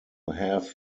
have